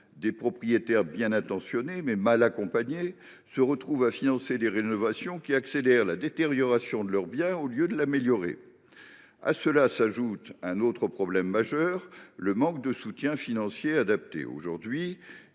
Des propriétaires bien intentionnés, mais mal accompagnés, en viennent ainsi à financer des rénovations qui accélèrent la détérioration de leurs biens au lieu de l’améliorer. À cela s’ajoute un autre problème essentiel : le manque de soutien financier adapté.